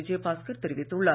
விஜயபாஸ்கர் தெரிவித்துள்ளார்